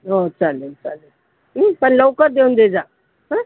हो चालेल चालेल पण लवकर देऊन दे जा हं